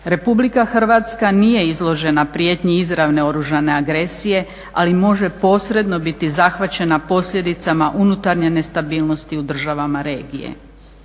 Republika Hrvatska nije izložena prijetnji izravne oružane agresije, ali može posredno biti zahvaćena posljedicama unutarnje nestabilnosti u državama regije.